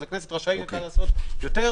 אז הכנסת רשאית לעשות יותר.